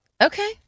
Okay